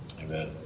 Amen